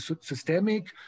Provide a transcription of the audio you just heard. systemic